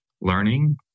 learning